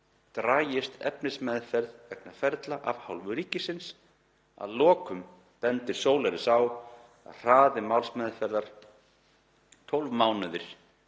dragist efnismeðferð vegna ferla af hálfu ríkisins. Að lokum bendir Solaris á að hraði málsmeðferðar (12 mánuðir)